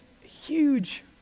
huge